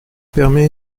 permet